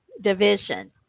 Division